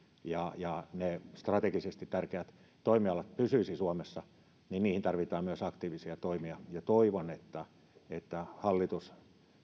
ja ja ne strategisesti tärkeät toimialat pysyisivät suomessa tarvitaan myös aktiivisia toimia ja toivon että että hallitus